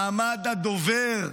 מעמד הדובר,